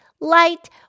light